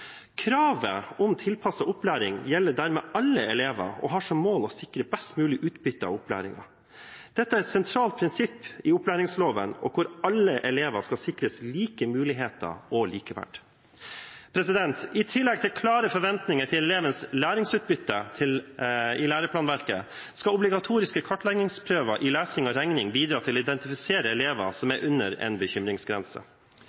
Kravet om tilpasset opplæring gjelder dermed alle elever og har som mål å sikre best mulig utbytte av opplæringen. Dette er et sentralt prinsipp i opplæringsloven – alle elever skal sikres like muligheter og likeverd. I tillegg til klare forventninger til elevens læringsutbytte i læreplanverket skal obligatoriske kartleggingsprøver i lesing og regning bidra til å identifisere elever som